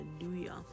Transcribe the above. hallelujah